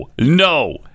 no